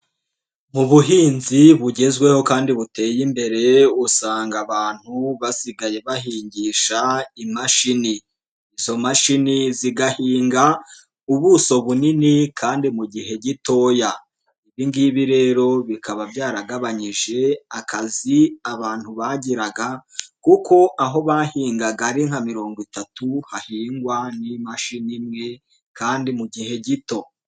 Ubuhinzi bugezweho kandi buteye imbere usanga abantu basigaye bahingisha imashini, izo mashini zigahinga ubuso bunini kandi mu gihe gitoya, ibi ngibi rero bikaba byaragabanyije akazi abantu bagiraga kuko aho bahingaga ari nka mirongo itatu hahingwa n'imashini imwe kandi mu gihe gito.